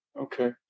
Okay